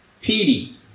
Petey